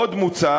עוד מוצע